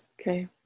okay